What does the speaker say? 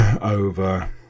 over